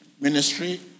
ministry